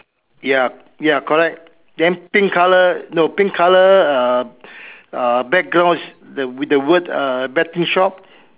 ya ya correct then pink colour no pink colour uh uh background with the word betting shop